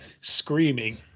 screaming